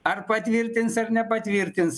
ar patvirtins ar nepatvirtins